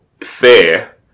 fair